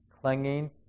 Clinging